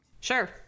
sure